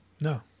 No